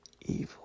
evil